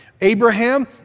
Abraham